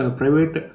private